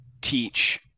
teach